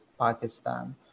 Pakistan